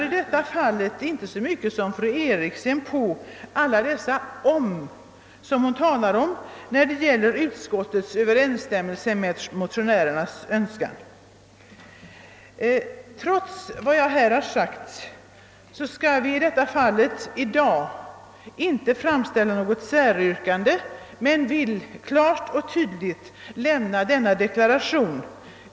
Jag litar nämligen inte lika starkt som fru Eriksson i Stockholm på alla de »om» hon nämnde och på överensstämmelsen med motionärernas önskemål. Men trots vad jag här sagt skall vi inte i dag framställa något säryrkande. Jag har bara klart och tydligt velat lämna denna deklaration.